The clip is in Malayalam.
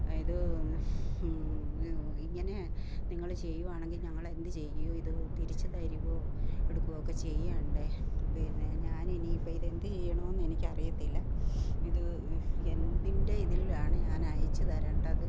ഇത് ഇങ്ങനെ നിങ്ങൾ ചെയ്യുവാണെങ്കിൽ ഞങ്ങളെന്ത് ചെയ്യും ഇത് തിരിച്ചു തരുവോ എടുക്കയൊക്കെ ചെയ്യണ്ടേ പിന്നെ ഞാനിനി ഇപ്പോൾ ഇത് എന്ത് ചെയ്യണമെന്ന് എനിക്കറിയത്തില്ല ഇത് എന്തിൻ്റെ ഇതിലാണ് ഞാൻ അയച്ചു തരേണ്ടത്